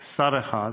שר אחד